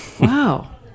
Wow